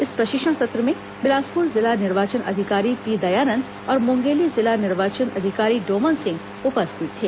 इस प्रशिक्षण सत्र में बिलासपुर जिला निर्वाचन अधिकारी पी दयानंद और मुंगेली जिला निर्वाचन अधिकारी डोमन सिंह उपस्थित थे